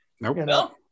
Nope